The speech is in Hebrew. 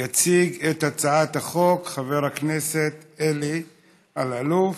יציג את הצעת החוק חבר הכנסת אלי אלאלוף.